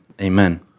Amen